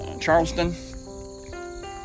Charleston